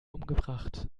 umgebracht